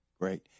great